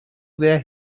sehr